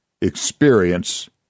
experience